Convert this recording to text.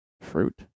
fruit